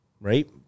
right